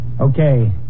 Okay